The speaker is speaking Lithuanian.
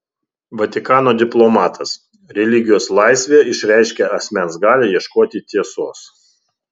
vatikano diplomatas religijos laisvė išreiškia asmens galią ieškoti tiesos